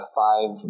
five